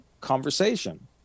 conversation